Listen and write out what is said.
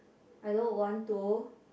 I don't want to